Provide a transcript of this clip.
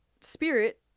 Spirit